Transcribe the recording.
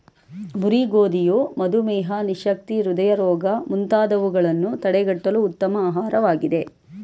ಮುರಿ ಗೋಧಿಯು ಮಧುಮೇಹ, ನಿಶಕ್ತಿ, ಹೃದಯ ರೋಗ ಮುಂತಾದವುಗಳನ್ನು ತಡಗಟ್ಟಲು ಉತ್ತಮ ಆಹಾರವಾಗಿದೆ